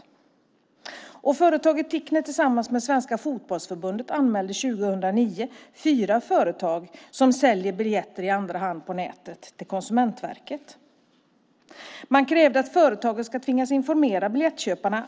År 2009 anmälde företaget Ticnet tillsammans med Svenska Fotbollförbundet fyra företag som säljer biljetter i andra hand på nätet till Konsumentverket. Man krävde att företagen ska tvingas informera biljettköparna